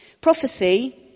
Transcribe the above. Prophecy